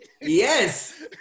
Yes